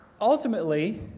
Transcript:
ultimately